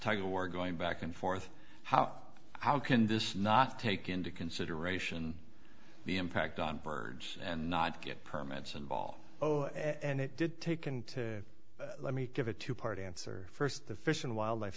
tug of war going back and forth how how can this not take into consideration the impact on birds and not get permits and ball oh and it did taken to let me give a two part answer first the fish and wildlife